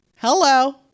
Hello